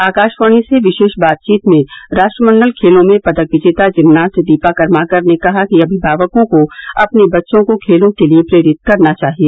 आकाशवाणी से विशेष बातीचत में राष्ट्रमंडल खेलों में पदक विजेता जिमनास्ट दीपा कर्माकर ने कहा कि अभिभावकों को अपने बच्चों को खेलों के लिए प्रेरित करना चाहिए